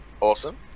Awesome